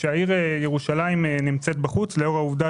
כאשר ירושלים נמצאת בחוץ לאור העובדה